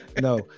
No